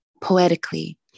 poetically